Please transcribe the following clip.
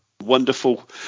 Wonderful